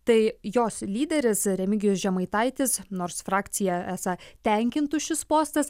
tai jos lyderis remigijus žemaitaitis nors frakciją esą tenkintų šis postas